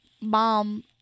mom